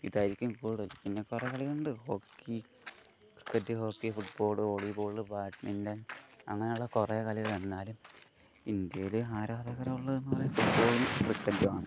ഇതായിരിക്കും കൂടുതൽ പിന്നെ കുറെ കളിയുണ്ട് hockey cricket hockey football volleyball badminton അങ്ങനെയുള്ള കുറെ കളികളുണ്ട് എന്നാലും ഇന്ത്യയിൽ ആരാധകരുള്ളതെന്ന് പറയുമ്പോൾ ക്രിക്കറ്റാണ്